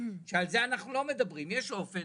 שעל זה אנחנו לא מדברים: יש אופן